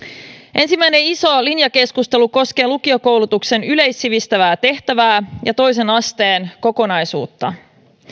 ensimmäinen iso linjakeskustelu koskee lukiokoulutuksen yleissivistävää tehtävää ja toisen asteen kokonaisuutta